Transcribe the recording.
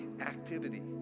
activity